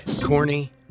corny